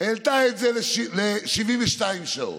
העלתה את זה ל-72 שעות.